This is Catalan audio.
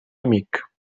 amic